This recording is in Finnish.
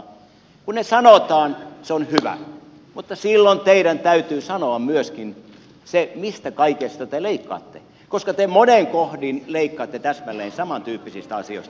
kun ne sanotaan se on hyvä mutta silloin teidän täytyy sanoa myöskin se mistä kaikesta te leikkaatte koska te monin kohdin leikkaatte täsmälleen samantyyppisistä asioista